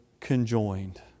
conjoined